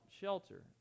shelter